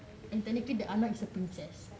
and technically the anak is a princess